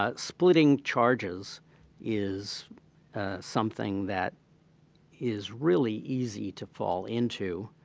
ah splitting charges is something that is really easy to fall into.